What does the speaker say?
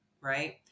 right